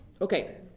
Okay